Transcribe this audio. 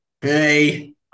hey